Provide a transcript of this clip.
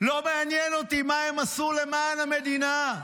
לא מעניין אותי מה הם עשו למען המדינה.